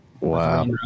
Wow